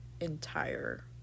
entire